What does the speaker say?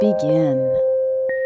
begin